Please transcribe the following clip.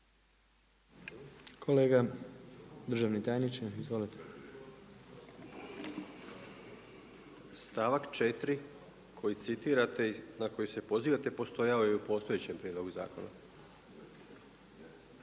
Kolega, državni tajniče. Izvolite. **Tufekčić, Željko** Stavak 4., koji citirate na koji se pozivate postojao je i u postojećem prijedlogu zakona.